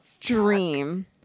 dream